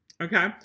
okay